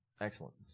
Excellent